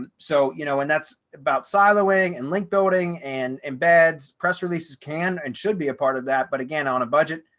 so you know, and that's about siloing and link building and embeds press releases can and should be a part of that. but again, on a budget.